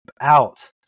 out